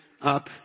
up